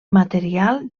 material